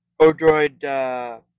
Odroid